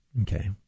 Okay